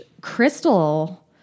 Crystal